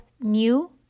new